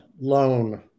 loan